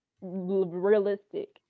realistic